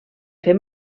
fer